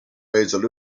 raised